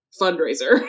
fundraiser